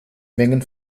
mengen